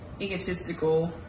egotistical